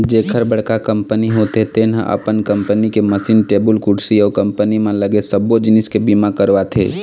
जेखर बड़का कंपनी होथे तेन ह अपन कंपनी के मसीन, टेबुल कुरसी अउ कंपनी म लगे सबो जिनिस के बीमा करवाथे